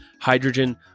hydrogen